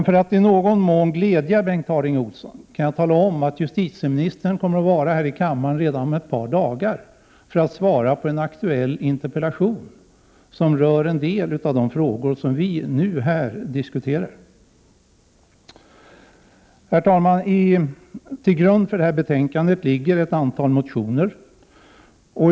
För att i något mån glädja Bengt Harding Olson kan jag tala om att justitieministern kommer att vara här i kammaren redan om ett par dagar för att svara på en aktuell interpellation som rör en del av de frågor som vi nu diskuterar. Herr talman! Till grund för detta betänkande ligger ett antal motioner.